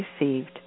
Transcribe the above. received